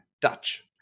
Dutch